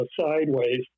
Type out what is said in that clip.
sideways